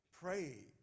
Pray